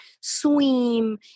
swim